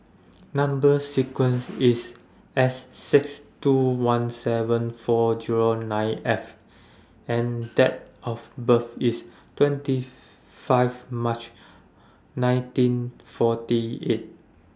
Number sequence IS S six two one seven four Zero nine F and Date of birth IS twenty five March nineteen forty eight